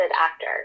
actor